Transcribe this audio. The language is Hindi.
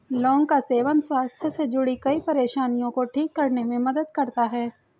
लौंग का सेवन स्वास्थ्य से जुड़ीं कई परेशानियों को ठीक करने में मदद करता है